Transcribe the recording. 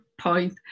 point